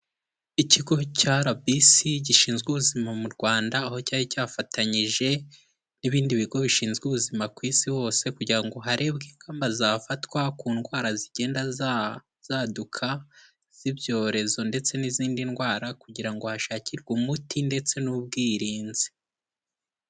Ikigo cya RBC gishinzwe ubuzima mu Rwanda, aho cyari cyafatanyije n'ibindi bigo bishinzwe ubuzima ku isi hose kugira ngo harebwe ingamba zafatwa ku ndwara zigenda zaduka z'ibyorezo ndetse n'izindi ndwara kugira ngo hashakirwe umuti ndetse n'ubwirinzi.